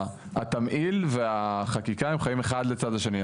התמהיל והחקיקה חיים אחד לצד השני.